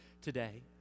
today